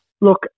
Look